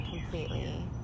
completely